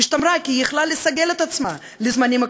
היא השתמרה כי היא יכלה לסגל את עצמה לזמנים הקשים,